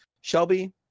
shelby